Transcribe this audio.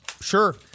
Sure